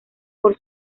por